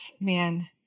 man